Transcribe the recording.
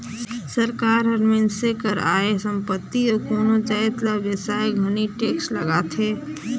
सरकार हर मइनसे कर आय, संपत्ति अउ कोनो जाएत ल बेसाए घनी टेक्स लगाथे